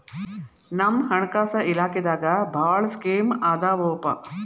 ನಮ್ ಹಣಕಾಸ ಇಲಾಖೆದಾಗ ಭಾಳ್ ಸ್ಕೇಮ್ ಆದಾವೊಪಾ